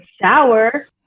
shower